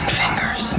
fingers